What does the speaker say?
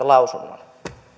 lausunnon